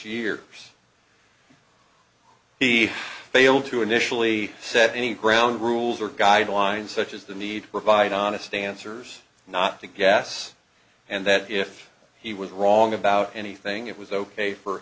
years he failed to initially set any ground rules or guidelines such as the need to provide honest answers not to guess and that if he was wrong about anything it was ok for